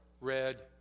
red